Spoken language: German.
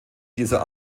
dieser